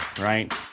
right